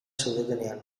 zaudetenean